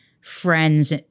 friends